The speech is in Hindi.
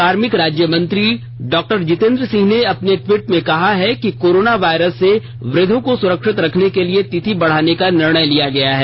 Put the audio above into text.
कार्मिक राज्यमंत्री डॉक्टर जितेन्द्र सिंह ने अपने टवीट में कहा है कि कोरोना वायरस से वृद्धों को सुरक्षित रखने के लिए तिथि बढ़ाने का निर्णय लिया गया है